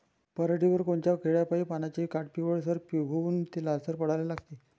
पऱ्हाटीवर कोनत्या किड्यापाई पानाचे काठं पिवळसर होऊन ते लालसर पडाले लागते?